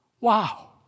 Wow